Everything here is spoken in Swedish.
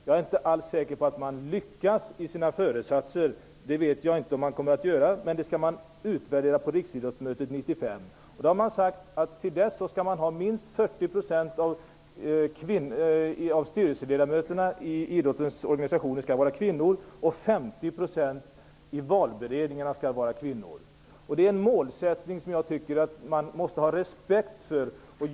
Jag vet inte om man kommer att lyckas i sina föresatser, men det skall utvärderas på riksidrottsmötet 1995. Man har sagt att till dess skall minst 40 % av styrelseledamöterna i idrottens organisationer och 50 % i valberedningarna vara kvinnor. Det är en målsättning som vi måste ha respekt för.